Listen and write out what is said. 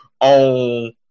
on